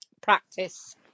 practice